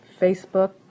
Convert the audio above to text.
Facebook